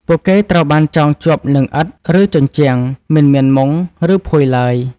ពួកគេត្រូវបានចងជាប់នឹងឥដ្ឋ ឬជញ្ជាំង មិនមានមុង ឬភួយឡើយ។